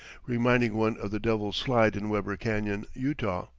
reminding one of the devil's slide in weber canon, utah.